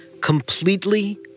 completely